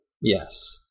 yes